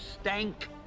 Stank